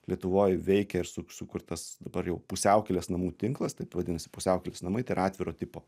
lietuvoj veikia ir suk sukurtas dabar jau pusiaukelės namų tinklas taip vadinasi pusiaukelės namai tai yra atviro tipo